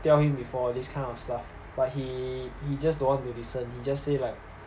tell him before this kind of stuff but he he just don't want to listen he just say like